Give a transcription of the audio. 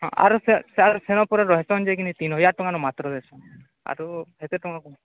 ହଁ ଆରୁ ସେ ସିୟାଡ଼ୁ ସେଣୁ କୁଆଡ଼େ ରହିଛନ୍ ଯେ ସେ କିନି ତିନି ହଜାର ଟଙ୍କା ମାତ୍ର ଦେଇଛନ୍ତି ଆରୁ ଏତେ ଟଙ୍କା କମ୍